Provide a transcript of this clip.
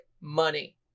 money